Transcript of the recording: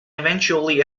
eventually